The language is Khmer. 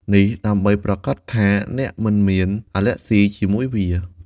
នេះដើម្បីប្រាកដថាអ្នកមិនមាន អាលែកហ្ស៊ី ជាមួយវា។